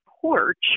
porch